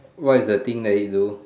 what is the thing that you do